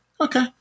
okay